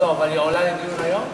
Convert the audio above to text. עולה לדיון היום?